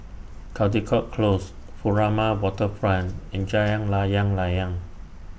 Caldecott Close Furama Riverfront and Jalan Layang Layang